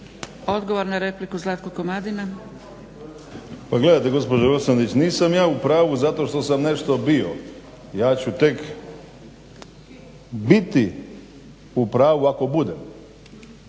**Komadina, Zlatko (SDP)** Pa gledajte gospođo Roksandić nisam ja u pravu zato što sam nešto bio, ja ću tek biti u pravu ako budem.